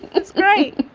it's great.